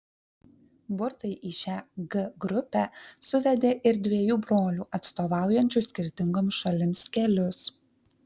burtai į šią g grupę suvedė ir dviejų brolių atstovaujančių skirtingoms šalims kelius